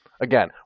Again